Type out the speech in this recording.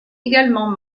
également